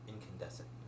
incandescent